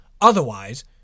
Otherwise